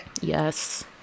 yes